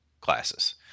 classes